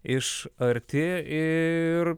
iš arti ir